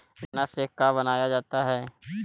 गान्ना से का बनाया जाता है?